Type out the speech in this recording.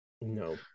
no